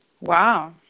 Wow